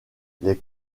les